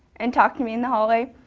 and talk to me in the hallway.